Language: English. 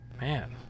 Man